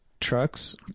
trucks